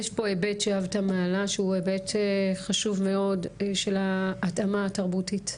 יש פה היבט שאבטם מעלה שהוא היבט חשוב מאוד של ההתאמה התרבותית,